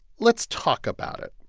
let's talk about it.